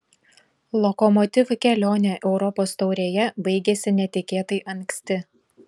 lokomotiv kelionė europos taurėje baigėsi netikėtai anksti